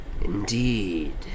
Indeed